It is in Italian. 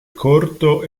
corto